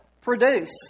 produce